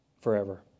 forever